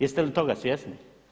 Jeste li toga svjesni?